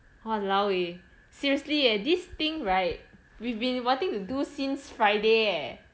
!walao! eh seriously eh this thing right we've been wanting to do since friday eh